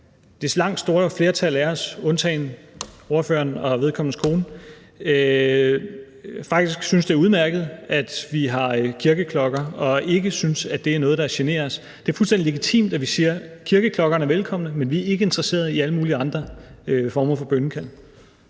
– det store flertal af os undtagen ordføreren og hans kone – faktisk ikke synes, det er udmærket, at vi har kirkeklokker, og ikke synes, det er noget, der generer os. Det er fuldstændig legitimt, at vi siger: Kirkeklokkerne er velkomne, men vi er ikke interesserede i alle mulige andre former for bønnekald.